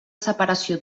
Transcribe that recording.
separació